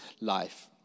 life